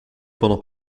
pendant